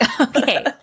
Okay